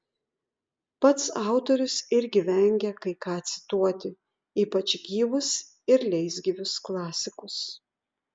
pats autorius irgi vengia kai ką cituoti ypač gyvus ir leisgyvius klasikus